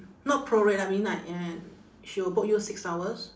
not prorate ah I mean like ya she will book you six hours